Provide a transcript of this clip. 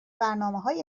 برنامههای